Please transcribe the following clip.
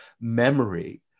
memory